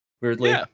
weirdly